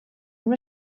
una